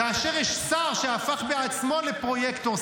כאשר יש שר שהפך בעצמו לפרויקטור,